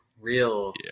real